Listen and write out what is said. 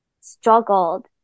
struggled